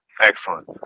Excellent